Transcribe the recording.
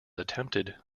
attempted